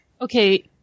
Okay